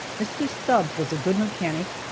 mr. stubbs was a good mechanic,